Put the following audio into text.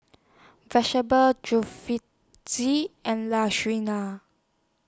and